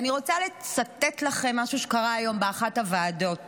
אני רוצה לצטט לכם משהו שקרה היום באחת הוועדות.